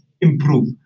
improve